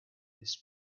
this